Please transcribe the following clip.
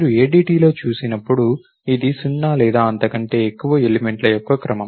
మీరు ADTలో చూసినప్పుడు ఇది 0 లేదా అంతకంటే ఎక్కువ ఎలిమెంట్ల యొక్క క్రమం